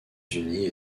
unis